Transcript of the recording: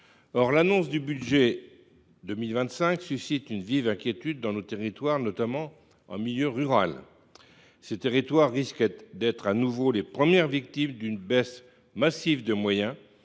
Or l’annonce du projet de budget pour 2025 suscite à cet égard une vive inquiétude dans nos territoires, notamment en milieu rural. Ces territoires risquent d’être de nouveau les premières victimes d’une baisse massive de moyens